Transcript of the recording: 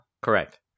correct